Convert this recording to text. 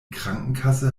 krankenkasse